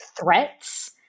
threats